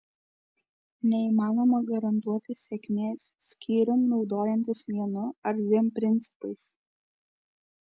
neįmanoma garantuoti sėkmės skyrium naudojantis vienu ar dviem principais